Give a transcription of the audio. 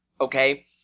okay